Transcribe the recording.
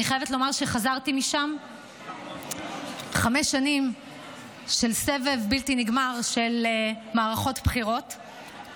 אני חייבת לומר שחזרתי משם, חמש שנים של סבב בלתי נגמר של מערכות בחירות,